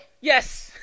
Yes